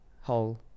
hole